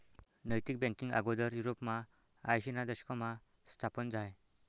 नैतिक बँकींग आगोदर युरोपमा आयशीना दशकमा स्थापन झायं